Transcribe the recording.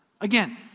Again